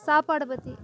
சாப்பாடை பற்றி